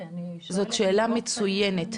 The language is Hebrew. מצויינת.